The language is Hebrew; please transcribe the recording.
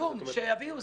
כלום, שיביאו.